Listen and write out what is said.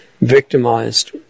victimized